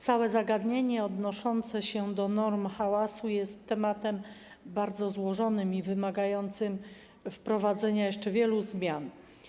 Całe zagadnienie odnoszące się do norm hałasu to temat bardzo złożony i wymagający wprowadzenia jeszcze wielu zmian.